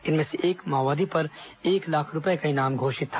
इनमें से एक माओवादी पर एक लाख रूपए का इनाम भी घोषित था